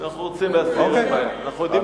אנחנו רוצים להסיר, אין בעיה.